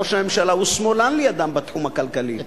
ראש הממשלה הוא שמאלן לידם בתחום הכלכלי.